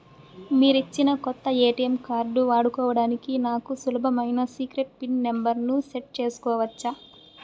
మీరిచ్చిన కొత్త ATM card వాడుకోవడానికి నాకు సులభమైన సీక్రెట్ పిన్ నెంబర్ ను సెట్ సేసుకోవచ్చా?